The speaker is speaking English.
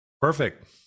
Perfect